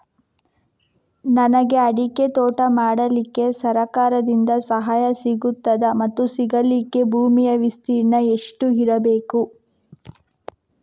ನನಗೆ ಅಡಿಕೆ ತೋಟ ಮಾಡಲಿಕ್ಕೆ ಸರಕಾರದಿಂದ ಸಹಾಯ ಸಿಗುತ್ತದಾ ಮತ್ತು ಸಿಗಲಿಕ್ಕೆ ಭೂಮಿಯ ವಿಸ್ತೀರ್ಣ ಎಷ್ಟು ಇರಬೇಕು?